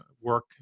work